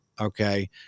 okay